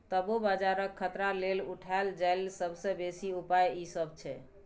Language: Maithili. तबो बजारक खतरा लेल उठायल जाईल सबसे बेसी उपाय ई सब छै